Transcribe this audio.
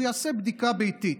הוא יעשה בדיקה ביתית,